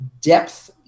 depth